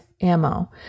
ammo